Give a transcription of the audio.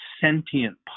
sentient